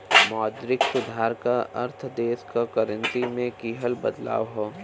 मौद्रिक सुधार क अर्थ देश क करेंसी में किहल बदलाव हौ